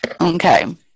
okay